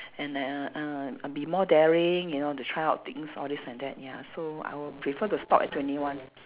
and then uh I'll be more daring you know to try out things all these and that ya so I would prefer to stop at twenty one